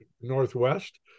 northwest